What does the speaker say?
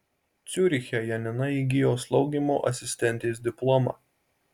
ciuriche janina įgijo slaugymo asistentės diplomą